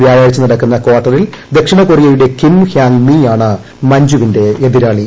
വ്യാഴാഴ്ച നടക്കുന്ന കാർട്ടറിൽ ദക്ഷിണകൊറിയയുടെ കിംഹ്യാങ് മി ആണ് മ്ഞ്ജുവിന്റെ എതിരാളി